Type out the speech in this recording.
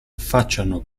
affacciano